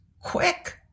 Quick